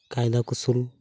ᱠᱟᱭᱫᱟ ᱠᱚᱣᱥᱳᱞ